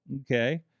okay